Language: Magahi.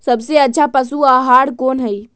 सबसे अच्छा पशु आहार कोन हई?